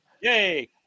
Yay